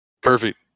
Perfect